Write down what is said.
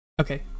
okay